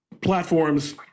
platforms